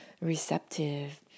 receptive